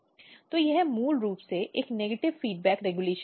तो यह मूल रूप से एक नेगेटिव फीडबैक रेगुलेशन है